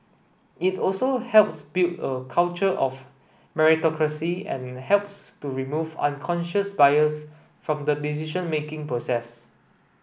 it also helps build a culture of meritocracy and helps to remove unconscious bias from the decision making process